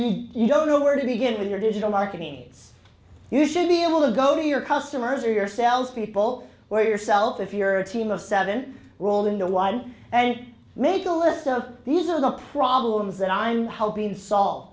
that you don't know where to begin your digital marketing you should be able to go to your customers or your salespeople or yourself if you're a team of seven rolled into one and make a list of these are the problems that i'm helping solve